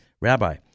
Rabbi